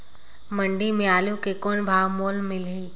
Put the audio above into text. मंडी म आलू के कौन भाव मोल मिलही?